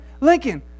Lincoln